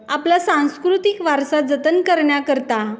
आपला सांस्कृतिक वारसा जतन करण्याकरता